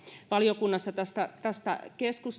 valiokunnassa tästä tästä